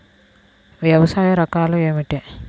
వ్యవసాయ రకాలు ఏమిటి?